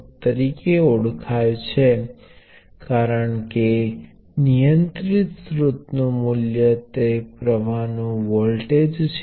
સામાન્ય રીતે તમે કનેક્શન નું આવી રીતે ભંગ કરતા નથી અને અમે આ જેવા દાખલ કરીને આગળ બતાવતા નથી